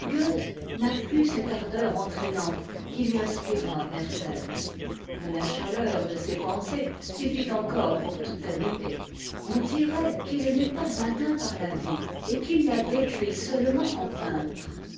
n'a plus cette ardeur entraînante qui lui inspira werther mais la chaleur de ses pensées suffit encore pour tout animer on dirait qu'il n'est pas atteint par la vie et qu'il la décrit seulement en peintre